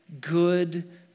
good